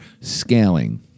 scaling